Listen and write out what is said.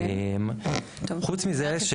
חוץ מזה,